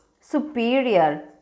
superior